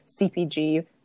CPG